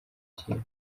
kintu